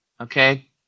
okay